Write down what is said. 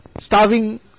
starving